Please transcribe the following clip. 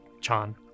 Chan